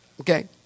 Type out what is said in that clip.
Okay